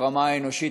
ברמה האנושית,